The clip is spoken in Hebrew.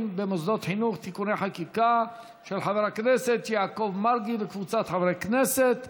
ובהצעת חוק לתיקון פקודת רכב מנועי (מרכיב ההעמסה בתעריף הביטוח)